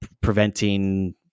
preventing